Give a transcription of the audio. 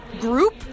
group